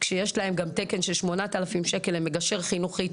כשיש להם תקן של 8,000 שקלים למגשר חינוכי,